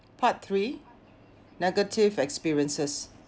part three negative experiences